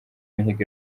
imihigo